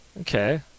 Okay